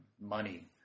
money